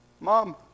Mom